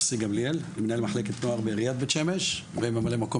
אני מנהל מחלקת נוער בעיריית בית שמש וממלא מקום